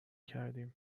کردیم